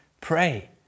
pray